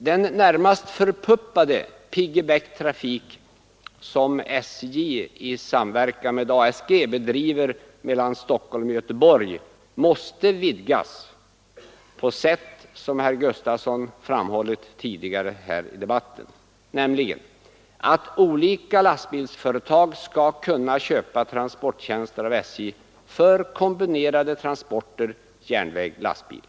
Den närmast förpuppade piggy-backtrafik som SJ i samverkan med ASG bedriver mellan Stockholm och Göteborg måste vidgas på sätt som herr Gustafson framhållit tidigare i debatten, nämligen så att olika lastbilsföretag skall kunna köpa transporttjänster av SJ för kombinerade transporter järnväg—lastbil.